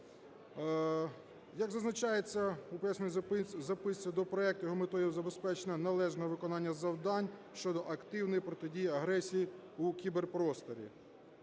Як зазначається у пояснювальній записці до проекту, його метою є забезпечення належного виконання завдань щодо активної протидії агресії у кіберпросторі.